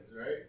right